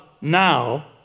now